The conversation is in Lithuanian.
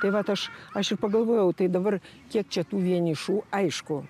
tai vat aš aš ir pagalvojau tai dabar kiek čia tų vienišų aišku